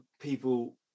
people